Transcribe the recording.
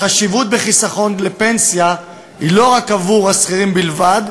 חשיבות החיסכון לפנסיה היא לא עבור השכירים בלבד,